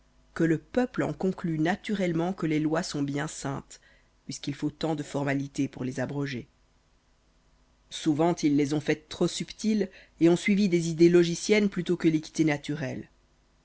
que le peuple en conclue naturellement que les lois sont bien saintes puisqu'il faut tant de formalités pour les abroger souvent ils les ont faites trop subtiles et ont suivi des idées logiciennes plutôt que l'équité naturelle